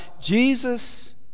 Jesus